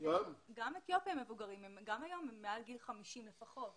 גם היום הם מעל גיל 50 לפחות.